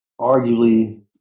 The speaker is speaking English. arguably